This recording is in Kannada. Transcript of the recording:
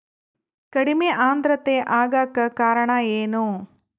ಕಡಿಮೆ ಆಂದ್ರತೆ ಆಗಕ ಕಾರಣ ಏನು?